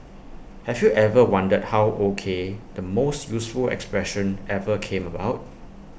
have you ever wondered how O K the most useful expression ever came about